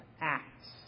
ACTS